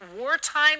wartime